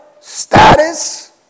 status